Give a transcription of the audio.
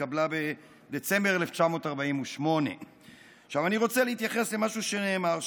התקבלה בדצמבר 1948. אני רוצה להתייחס למשהו שנאמר שם.